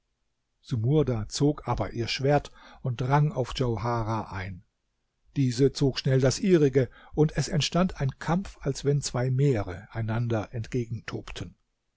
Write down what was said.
sumurda zog aber ihr schwert und drang auf djauharah ein diese zog schnell das ihrige und es entstand ein kampf als wenn zwei meere einander